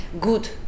good